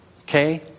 Okay